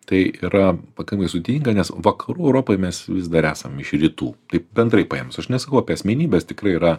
tai yra pakankamai sudėtinga nes vakarų europai mes vis dar esam iš rytų taip bendrai paėmus aš nesakau apie asmenybes tikrai yra